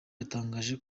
yatangaje